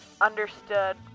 understood